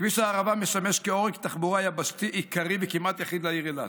כביש הערבה משמש כעורק תחבורה יבשתי עיקרי וכמעט יחיד לעיר אילת.